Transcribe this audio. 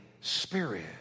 Spirit